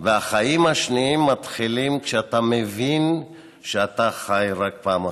והחיים השניים מתחילים כשאתה מבין שאתה חי רק פעם אחת.